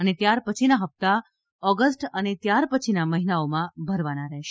અને ત્યારપછીના હપ્તા ઓગસ્ટ અને ત્યાર પછીના મહિનાઓમાં ભરવાના રહેશે